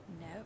No